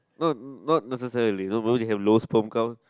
no not necessarily no have low sperm count